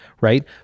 Right